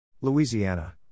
Louisiana